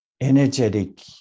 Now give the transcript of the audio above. energetic